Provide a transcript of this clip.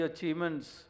Achievements